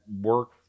work